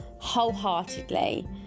wholeheartedly